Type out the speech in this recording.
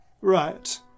right